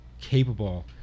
capable